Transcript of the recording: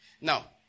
Now